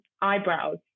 eyebrows